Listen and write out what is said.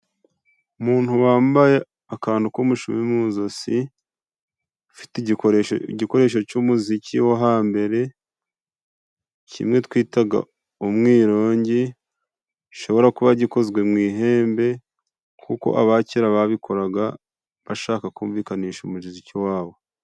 Umuntu wambaye akantu k'umushumi mu zosi ,ufite igikoresho cy'umuziki wo hambere kimwe twitaga umwirongi. Gishobora kuba gikozwe mu ihembe kuko abakera babikoraga bashaka kumvikanisha umuziki wabo.